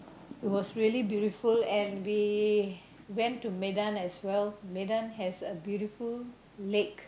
it was really beautiful and we went to Medan as well Medan has a beautiful lake